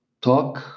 talk